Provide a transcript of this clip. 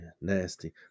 nasty